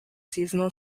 seasonal